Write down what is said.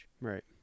Right